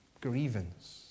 grievance